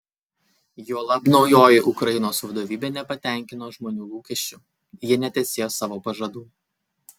juolab naujoji ukrainos vadovybė nepatenkino žmonių lūkesčių jie netesėjo savo pažadų